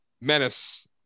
menace